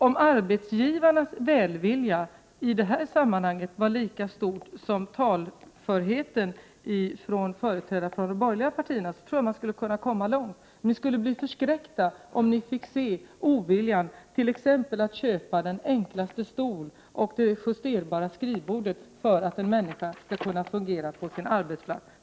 Om arbetsgivarnas välvilja i detta sammanhang var lika stor som talförheten hos företrädarna för de borgerliga partierna, tror jag att man skulle kunna komma långt. Ni skulle bli förskräckta om ni fick se oviljan att köpa t.ex. den enklaste stol och justerbara skrivbord för att en människa skall kunna fungera på sin arbetsplats.